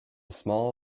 small